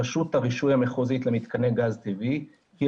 רשות הרישוי המחוזית למתקני גז טבעי תהיה